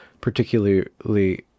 particularly